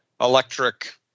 electric